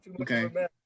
Okay